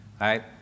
right